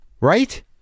Right